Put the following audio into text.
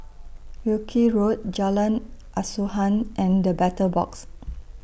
Wilkie Road Jalan Asuhan and The Battle Box